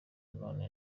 none